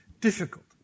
difficult